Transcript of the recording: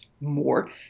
More